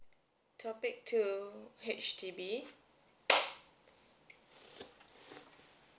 topic two H_D_B